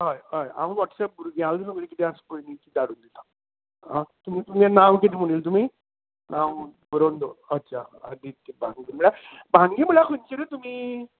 हय हय हांव व्हॉट्सॅप भुरग्यांलें कितें आसा पळय नी तें धडून दितां आं तुमगे नांव कितें म्हणिल्ले तुमी नांव बरोवन दवरता अच्छा आदित्य भांगी तुका म्हळ्यार भांगी म्हळ्यार खंचे रे तुमी